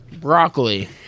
Broccoli